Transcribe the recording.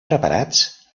preparats